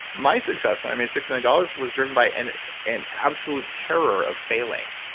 my success, i made six million dollars, was driven by and an absolute terror of failing,